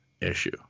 issue